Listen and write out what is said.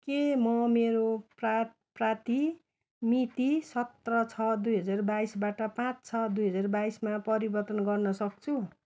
के म मेरो प्रा प्राप्ति मिति सत्र छ दुई हजार बाइसबाट पाँच छ दुई हजार बाइसमा परिवर्तन गर्नसक्छु